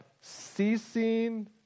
ceasing